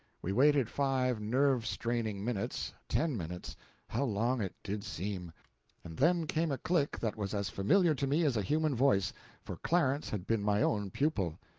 we waited five nerve-straining minutes ten minutes how long it did seem and then came a click that was as familiar to me as a human voice for clarence had been my own pupil.